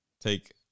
Take